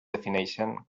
defineixen